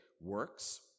works